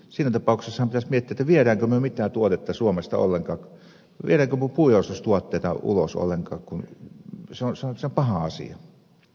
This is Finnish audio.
siinä tapauksessahan pitäisi miettiä viedäänkö me mitään tuotetta suomesta ollenkaan viedäänkö me puujalostustuotteita ulos ollenkaan kun se on paha asia